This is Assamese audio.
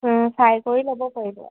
চাই কৰি ল'ব পাৰিব